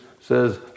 says